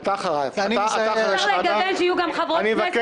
כדי לטפל בבקשת ראש הממשלה, שהוגשה לכנסת